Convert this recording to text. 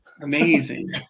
Amazing